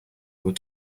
were